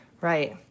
Right